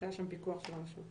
שהיה שם פיקוח של הרשות.